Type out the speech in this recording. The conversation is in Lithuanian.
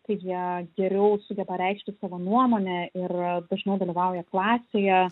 kaip jie geriau sugeba reikšti savo nuomonę ir dažniau dalyvauja klasėje